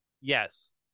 Yes